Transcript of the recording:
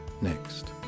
next